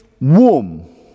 womb